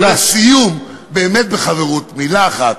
ולסיום, באמת בחברות, מילה אחת,